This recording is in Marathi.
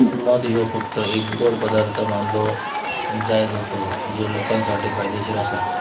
मध ह्यो फक्त एक गोड पदार्थ मानलो जायत होतो जो लोकांसाठी फायदेशीर आसा